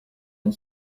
une